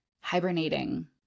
hibernating